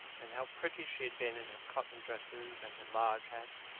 and how pretty she had been in her cotton dresses and her large hats!